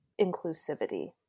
inclusivity